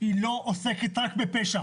היא לא עוסקת רק בפשע.